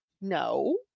No